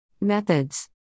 Methods